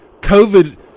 COVID